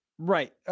Right